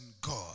God